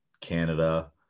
Canada